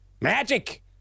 Magic